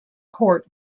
court